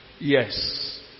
Yes